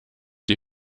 die